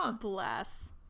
Bless